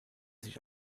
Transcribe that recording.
sich